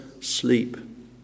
sleep